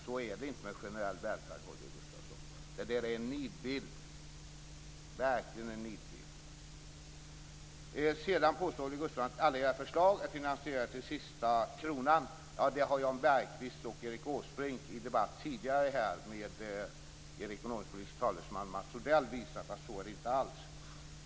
Så är det inte med generell välfärd, Holger Gustafsson, utan det är en nidbild, verkligen en nidbild. Sedan påstår Holger Gustafsson att alla era förslag är finansierade till sista kronan. Det har Jan Bergqvist och Erik Åsbrink tidigare i en debatt här med er ekonomisk-politiske talesman Mats Odell visat att det inte alls är så.